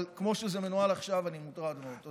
אבל כמו שזה מנוהל עכשיו, אני מוטרד מאוד.